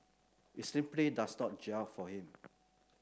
it simply does not gel for him